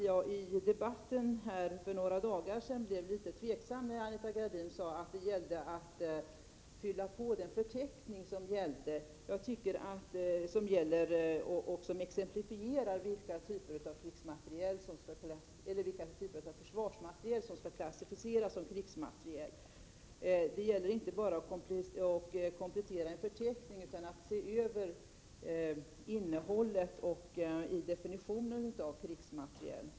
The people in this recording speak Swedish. Vid debatten här för några dagar sedan blev jag litet tveksam när Anita Gradin sade att det handlar om att fylla på den förteckning som gäller och som exemplifierar vilka typer av försvarsmateriel som skall klassificeras som krigsmateriel. Det gäller inte bara att komplettera en förteckning utan att se över innehållet i definitionen av krigsmateriel.